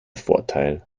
vorteil